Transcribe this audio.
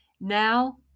Now